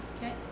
Okay